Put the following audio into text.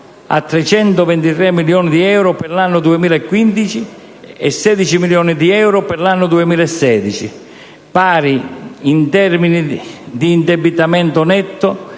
323 milioni di euro per l'anno 2015 e 16 milioni di euro per l'anno 2016, che aumentano in termini di indebitamento netto